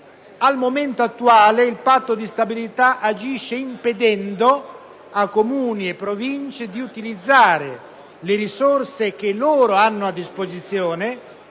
Al momento attuale il patto di stabilità agisce impedendo a Comuni e Province di utilizzare le risorse che hanno a disposizione,